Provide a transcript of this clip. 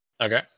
Okay